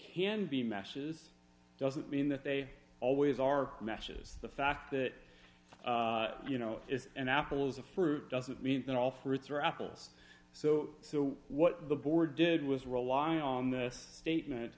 can be meshes doesn't mean that they always are matches the fact that you know it's an apples a fruit doesn't mean that all fruits are apples so so what the board did was rely on the statement